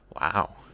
Wow